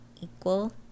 equal